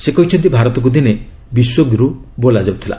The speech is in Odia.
ସେ କହିଛନ୍ତି ଭାରତକୁ ଦିନେ ବିଶ୍ୱଗୁରୁ ବୋଲାଯାଉଥିଲା